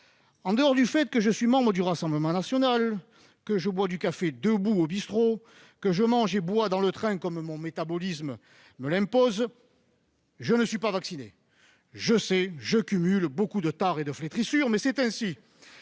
En dehors du fait que je suis membre du Rassemblement national, que je bois du café debout au bistrot, que je mange et bois dans le train, comme mon métabolisme me l'impose, je ne suis pas vacciné. Je sais, je cumule beaucoup de tares et de flétrissures, mais c'est ainsi